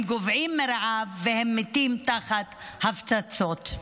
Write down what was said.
הם גוועים מרעב, והם מתים תחת הפצצות.